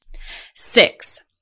Six